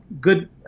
good